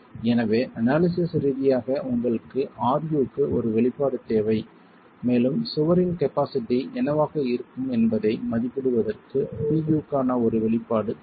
எனவே அனாலிசிஸ் ரீதியாக உங்களுக்கு ru க்கு ஒரு வெளிப்பாடு தேவை மேலும் சுவரின் கபாஸிட்டி என்னவாக இருக்கும் என்பதை மதிப்பிடுவதற்கு Pu க்கான ஒரு வெளிப்பாடு தேவை